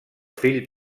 fill